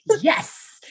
Yes